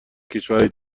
کشورای